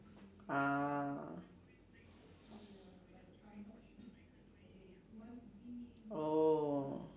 ah oh